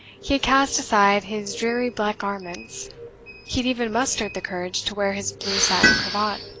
he had cast aside his dreary black garments he had even mustered the courage to wear his blue satin cravat.